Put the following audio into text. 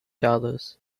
dollars